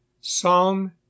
Psalm